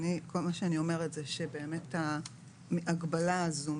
כל מה שאני אומרת זה שבאמת ההגבלה הזו,